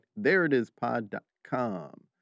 thereitispod.com